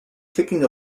kicking